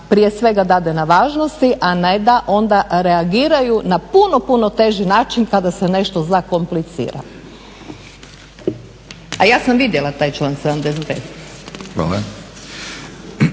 prije svega dade na važnosti, a ne da onda reagiraju na puno, puno teži način pa da se nešto zakomplicira. A ja sam vidjela taj članak